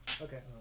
Okay